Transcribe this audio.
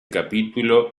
capítulo